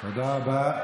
תודה רבה.